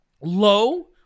low